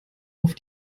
auf